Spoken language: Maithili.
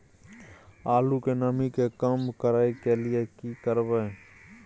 आलू के नमी के कम करय के लिये की करबै?